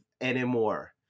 anymore